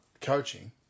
coaching